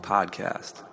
Podcast